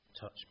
touch